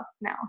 now